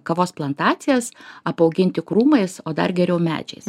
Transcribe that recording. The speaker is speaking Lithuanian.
kavos plantacijas apauginti krūmais o dar geriau medžiais